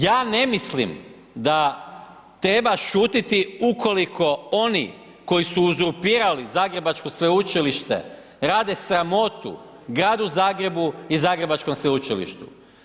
Ja ne mislim da treba šutiti ukoliko oni koji su uzurpirali Zagrebačko Sveučilište rade sramotu Gradu Zagrebu i Zagrebačkom Sveučilištu.